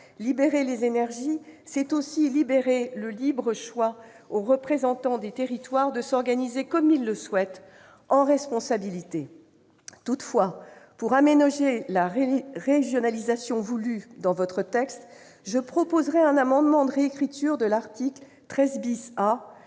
libérer les énergies, c'est aussi libérer la possibilité pour les représentants des territoires de s'organiser comme ils le souhaitent, en responsabilité ! Pour aménager la régionalisation prévue par le texte, je proposerai donc un amendement de réécriture de l'article 13 A,